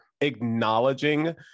acknowledging